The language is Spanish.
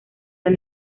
del